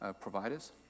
providers